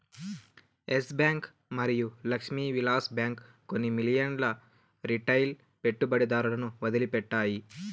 yes Bank మరియు Lakshmi Vilas Bank కొన్ని మిలియన్ల రిటైల్ పెట్టుబడిదారులను వదిలిపెట్టాయి